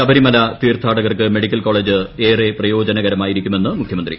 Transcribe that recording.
ശബരിമല തീർത്ഥാടകർക്ക് medical college ഏറെ പ്രയോജനകരമായിരിക്കുമെന്ന് മുഖ്യമന്ത്രി